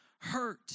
hurt